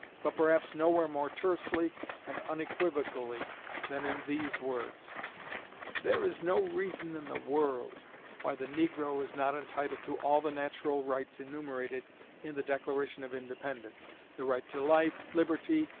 but perhaps nowhere more tersely and unequivocally than in these words there is no reason in the world why the negro is not entitled to all the natural rights enumerated in the declaration of independence the right to life, liberty,